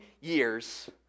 years